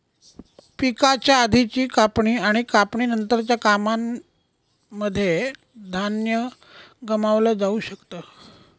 पिकाच्या आधीची कापणी आणि कापणी नंतरच्या कामांनमध्ये धान्य गमावलं जाऊ शकत